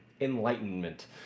enlightenment